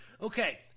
Okay